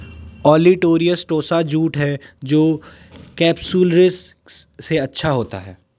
olitorius tossa jute है जो केपसुलरिस से अच्छा होता है